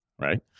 right